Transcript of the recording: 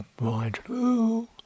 mind